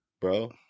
Bro